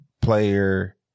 player